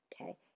okay